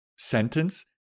sentence